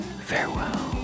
Farewell